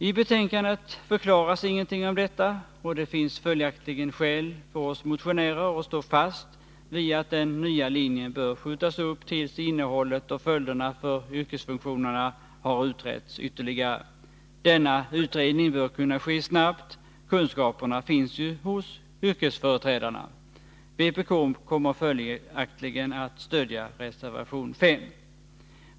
I betänkandet förklaras ingenting av detta, och det finns följaktligen skäl för oss motionärer att stå fast vid att införandet av den nya linjen bör skjutas upp tills innehållet och följderna för yrkesfunktionerna har utretts ytterligare. Denna utredning bör kunna ske snabbt — kunskaperna finns ju hos yrkesföreträdarna. Vpk kommer följaktligen att stödja reservation 5.